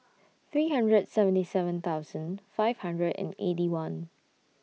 three hundred and seventy seven thousand five hundred and Eighty One